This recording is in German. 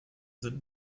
sind